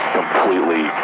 completely